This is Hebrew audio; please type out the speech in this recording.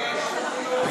תתבייש.